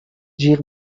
جیغ